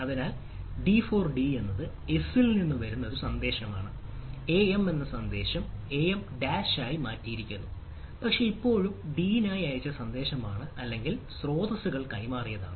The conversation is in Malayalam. അതിനാൽ d for d എന്നത് s ൽ നിന്ന് വരുന്ന ഒരു സന്ദേശമാണ് am എന്ന സന്ദേശം am dash ആയി മാറ്റിയിരിക്കുന്നു പക്ഷേ ഇപ്പോഴും d നായി അത് അയച്ച സന്ദേശമാണ് അല്ലെങ്കിൽ സ്രോതസ്സുകൾ കൈമാറിയതാണ്